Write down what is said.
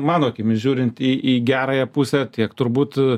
mano akimis žiūrint į į gerąją pusę tiek turbūt